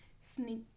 sneak